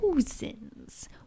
thousands